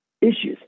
issues